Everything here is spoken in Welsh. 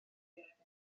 gyrraedd